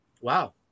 Wow